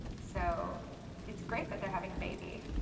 so it's great that they're having a baby.